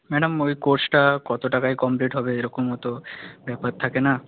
madam ওই কোর্সটা কত টাকায় কমপ্লিট হবে এরকমও তো ব্যাপার থাকে না